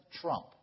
trump